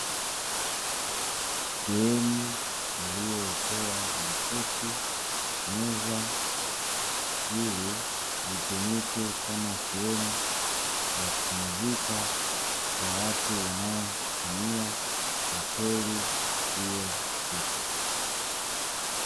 Sehemu iliyowekewa makochi na meza, ili itumike kama sehemu ya kupumzika kwa watu ambao hutumia hoteli hiyo husika.